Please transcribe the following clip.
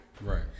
right